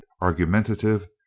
argumentative